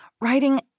writing